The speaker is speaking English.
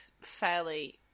fairly